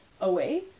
away